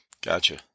Gotcha